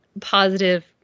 positive